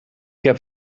heb